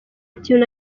kintu